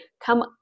come